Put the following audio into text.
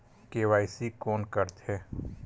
KYC कोन करथे?